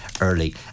early